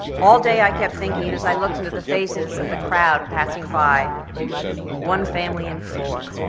all day i kept thinking and as i looked into the faces of the crowd passing by one family in four,